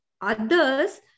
others